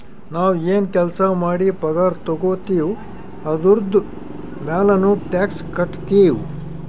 ನಾವ್ ಎನ್ ಕೆಲ್ಸಾ ಮಾಡಿ ಪಗಾರ ತಗೋತಿವ್ ಅದುರ್ದು ಮ್ಯಾಲನೂ ಟ್ಯಾಕ್ಸ್ ಕಟ್ಟತ್ತಿವ್